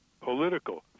political